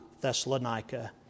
Thessalonica